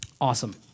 Awesome